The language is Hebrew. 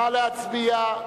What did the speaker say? נא להצביע.